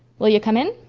will you come in?